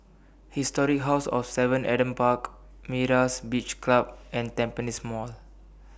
Historic House of seven Adam Park Myra's Beach Club and Tampines Mall